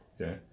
Okay